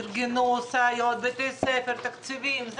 הם ארגנו הסעות, בתי ספר, תקציבים.